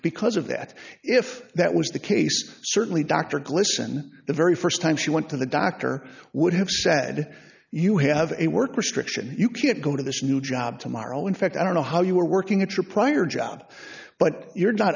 because of that if that was the case certainly dr glisten the very st time she went to the doctor would have said you have a work restriction you can't go to this new job tomorrow in fact i don't know how you are working at your prior job but you're not